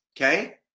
okay